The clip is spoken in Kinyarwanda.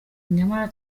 nyamara